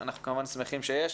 אנחנו כמובן שמחים שיש.